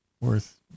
worth